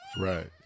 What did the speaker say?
Right